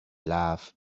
love